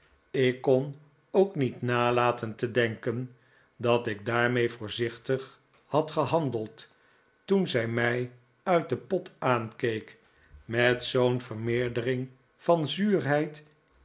ik kon ook niet nalaten te denken dat ik daarmee voorzichtig had gehandeld toen zij mij uit den pot aankeek met zoo'n vermeerdering van zuurheid